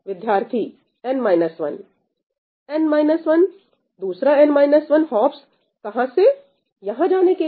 विद्यार्थी n - 1 n - 1 दूसरा n - 1हाप्स कहां से यहां जाने के लिए